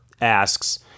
asks